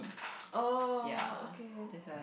oh ok